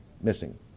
missing